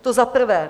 To za prvé.